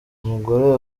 umugore